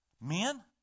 Men